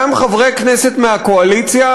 גם חברי כנסת מהקואליציה,